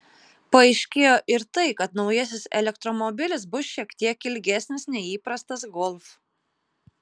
paaiškėjo ir tai kad naujasis elektromobilis bus šiek tiek ilgesnis nei įprastas golf